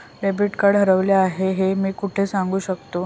Debit card हरवले आहे हे मी कोठे सांगू शकतो?